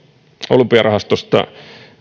olympiarahastosta